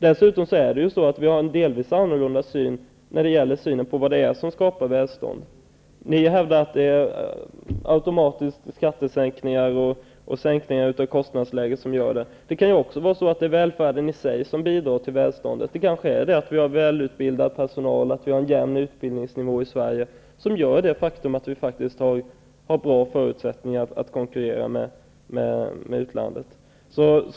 Dessutom har vi en delvis annorlunda syn på vad det är som skapar välstånd. Ni hävdar att det är skattesänkningar och sänkningar av kostnadsläget som automatiskt gör det. Det kan ju också vara så att det är välfärden i sig som bidrar till välståndet. Det kanske är välutbildad personal och en jämn utbildningsnivå i Sverige som gör att vi faktiskt har bra förutsättningar att konkurrera med utlandet.